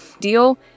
deal